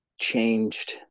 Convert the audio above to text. changed